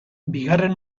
bigarren